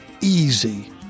easy